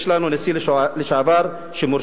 יש לנו נשיא לשעבר שמורשע,